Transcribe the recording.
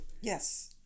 yes